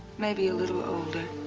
maybe a little older.